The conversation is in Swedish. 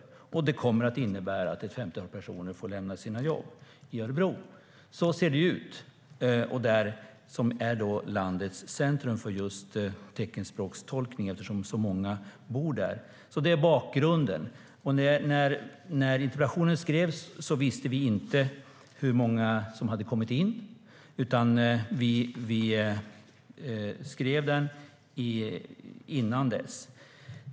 Det kommer också att innebära att ett femtiotal personer kommer att få lämna sina jobb i Örebro. Så ser det ut. Det är landets centrum för teckenspråkstolkning, eftersom så många bor där. Det är bakgrunden. När interpellationen skrevs visste vi inte hur många anbud som hade kommit in. Vi skrev den innan vi visste det.